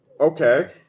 Okay